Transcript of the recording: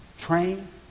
train